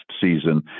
season